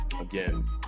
Again